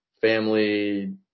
family